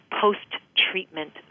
post-treatment